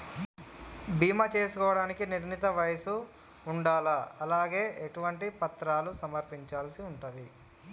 బీమా చేసుకోవడానికి నిర్ణీత వయస్సు ఉండాలా? అలాగే ఎటువంటి పత్రాలను సమర్పించాల్సి ఉంటది?